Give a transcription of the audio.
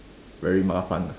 very 麻烦 ah